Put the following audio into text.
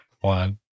One